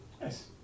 nice